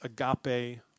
agape